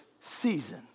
season